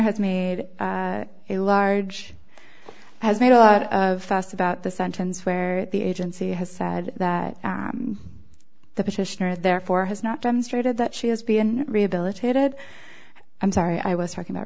has made it large has made a lot of fast about the sentence where the agency has said that the petitioner therefore has not demonstrated that she has been rehabilitated i'm sorry i was talking about